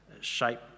shape